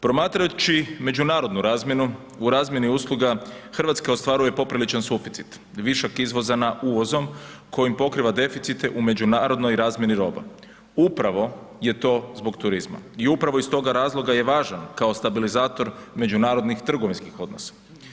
Promatrajući međunarodnu razmjenu, u razmjeni usluga RH ostvaruje popriličan suficit, višak izvoza na uvozom kojim pokriva deficite u međunarodnoj razmjeni roba, upravo je to zbog turizma i upravo iz toga razloga je i važan kao stabilizator međunarodnih trgovinskih odnosa.